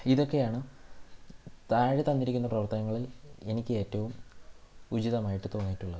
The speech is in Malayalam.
ഇതൊക്കെയാണ് താഴെ തന്നിരിക്കുന്ന പ്രവർത്തനങ്ങളിൽ എനിക്ക് ഏറ്റവും ഉചിതമായിട്ട് തോന്നിയിട്ടുള്ളത്